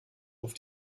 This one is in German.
auf